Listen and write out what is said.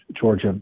Georgia